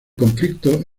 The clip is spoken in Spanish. conflicto